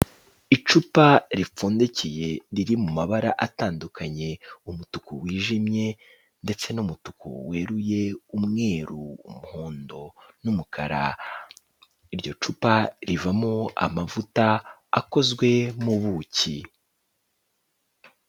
Icupa ripfundikiye riri mu mabara atandukanye, umutuku wijimye ndetse n'umutuku weruye, umweru, umuhondo n'umukara, iryo cupa rivamo amavuta akozwe mu buki.